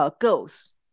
goals